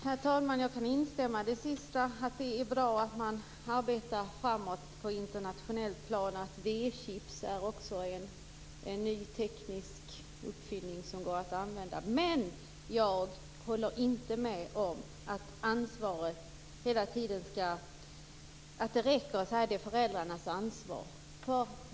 Herr talman! Jag kan instämma i att det är bra att man på internationellt plan arbetar framåt. V-chips är en ny teknisk uppfinning att använda. Men jag håller inte med om att det räcker med att säga att det är föräldrarnas ansvar.